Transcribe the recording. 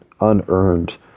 unearned